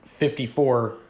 54